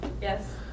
Yes